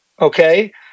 Okay